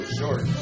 short